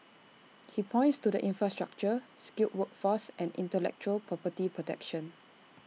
he points to the infrastructure skilled workforce and intellectual property protection